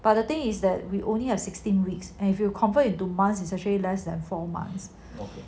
but the thing is that we only have sixteen weeks if you convert into months is actually less than four months